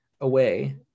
away